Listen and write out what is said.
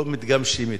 לא מתגמשים אתו,